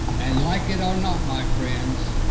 and like it or not, my friends,